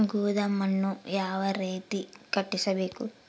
ಗೋದಾಮನ್ನು ಯಾವ ರೇತಿ ಕಟ್ಟಿಸಬೇಕು?